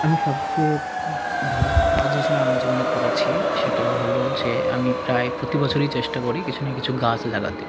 আমি সবচেয়ে ভালো কাজ হিসাবে আমার জীবনে করেছি সেটা হলো যে আমি প্রায় প্রতি বছরই চেষ্টা করি কিছু না কিছু গাছ লাগাতে